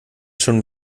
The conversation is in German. schon